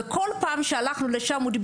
ובכל פעם שהלכנו לשם חברי,